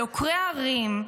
על עוקרי ערים,